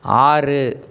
ஆறு